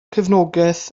cefnogaeth